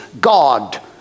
God